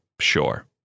Sure